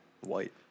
white